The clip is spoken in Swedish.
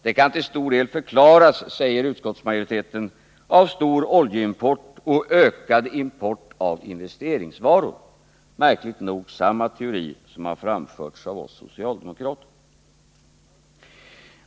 Det kan till stor del förklaras, säger utskottsmajoriteten, av stor oljeimport och ökad import av investeringsvaror. Märkligt nog är det samma teori som den som har framförts av oss socialdemokrater.